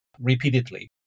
repeatedly